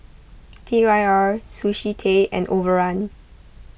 T Y R Sushi Tei and Overrun